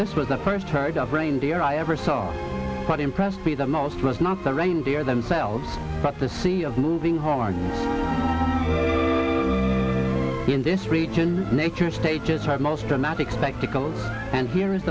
this was the first heard of reindeer i ever saw what impressed me the most was not the reindeer themselves but the sea of moving horns in this region nature stages are most dramatic spectacles and here is